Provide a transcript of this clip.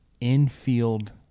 infield